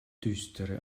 düstere